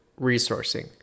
resourcing